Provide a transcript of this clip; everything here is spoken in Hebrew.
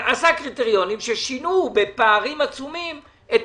עשה קריטריונים ששינו בפערים עצומים את